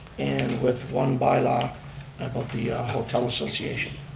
and with one bylaw about the hotel association.